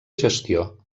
gestió